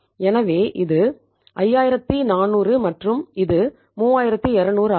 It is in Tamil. எனவே இது 5400 மற்றும் இது 3200 ஆகும்